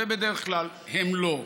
ובדרך כלל הם לא,